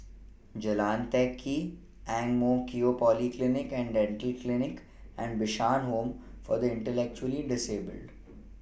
Jalan Teck Kee Ang Mo Kio Polyclinic and Dental Clinic and Bishan Home For The Intellectually Disabled